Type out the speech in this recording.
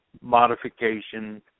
modification